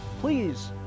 please